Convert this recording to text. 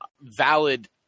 valid